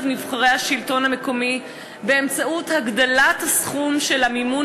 נבחרי השלטון המקומי באמצעות הגדלת הסכום של המימון